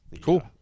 Cool